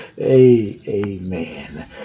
Amen